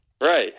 right